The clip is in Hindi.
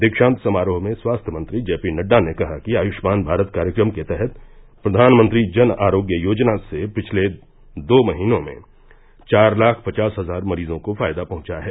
दीक्षांत समारोह में स्वास्थ्य मंत्री जेपी नड्डा ने कहा कि आयुष्मान भारत कार्यक्रम के तहत प्रधानमंत्री जन आरोग्य योजना से पिछले दो महीनों में चार लाख पचास हजार मरीजों को फायदा पहुंचा है